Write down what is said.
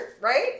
right